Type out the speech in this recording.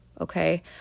okay